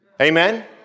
Amen